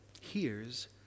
hears